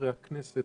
חברי הכנסת